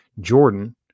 jordan